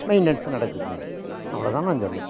maintenance நடக்குதுங்க அவ்வளோ தான் நான் சொல்லுவேன்